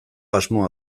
asmoa